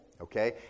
okay